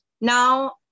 now